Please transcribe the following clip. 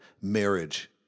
marriage